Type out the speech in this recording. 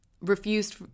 refused